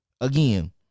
again